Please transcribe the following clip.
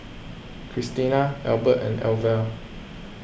Kristina Elbert and Elvia